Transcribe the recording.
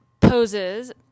poses